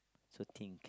so think